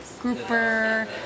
grouper